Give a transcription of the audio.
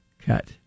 cut